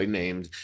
named